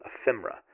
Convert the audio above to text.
Ephemera